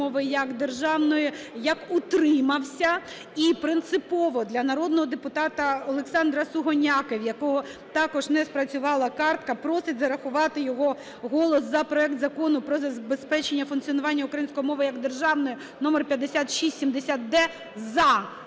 як державної, як "утримався". І принципово для народного депутата Олександра Сугоняки, в якого також не спрацювала картка, просить зарахувати його голос за проект Закону про забезпечення функціонування української мови як державної (№ 5670-д)